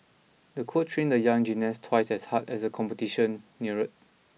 the coach trained the young gymnast twice as hard as the competition neared